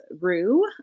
rue